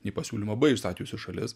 nei pasiūlymą b išsakiusi šalis